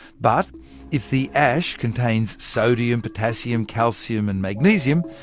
but if the ash contains sodium, potassium, calcium and magnesium,